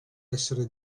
essere